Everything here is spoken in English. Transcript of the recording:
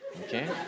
Okay